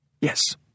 Yes